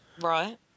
Right